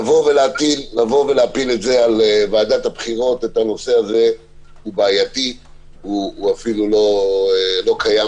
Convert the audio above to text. לבוא ולהפיל את זה על ועדת הבחירות זה בעייתי ואפילו לא קיים